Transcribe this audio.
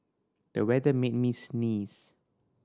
the weather made me sneeze